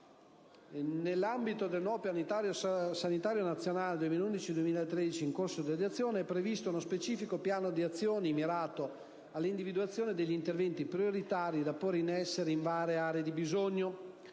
Nell'ambito del nuovo Piano sanitario nazionale 2011-2013, in corso di adozione, è previsto uno specifico piano di azioni mirato all'individuazione degli interventi prioritari da porre in essere in varie aree di bisogno,